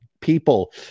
people